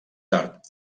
tard